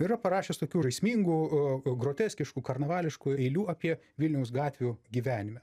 yra parašęs tokių žaismingų groteskiškų karnavališkų eilių apie vilniaus gatvių gyvenime